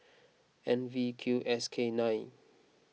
N V Q S K nine